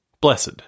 blessed